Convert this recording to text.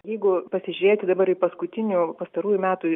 jeigu pasižiūrėti dabar į paskutinių pastarųjų metų